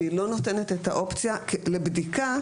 והיא לא נותנת את האופציה לבדיקה,